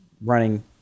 running